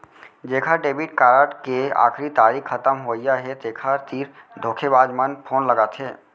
जेखर debit card के आखरी तारीख खतम होवइया हे तेखर तीर धोखेबाज मन फोन लगाथे